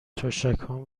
تشکهام